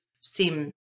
seem